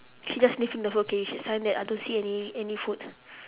he's just sniffing the food okay you should sign that I don't see any any food